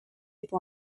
può